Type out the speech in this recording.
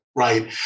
Right